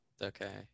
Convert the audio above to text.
Okay